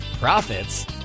Profits